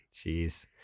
Jeez